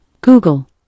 Google